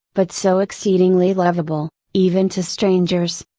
but so exceedingly lovable, even to strangers!